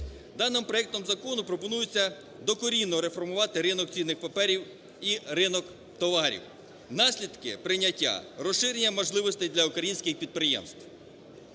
Даним проектом закону пропонується докорінно реформувати ринок цінних паперів і ринок товарів. Наслідки прийняття: розширення можливостей для українських підприємств